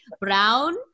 Brown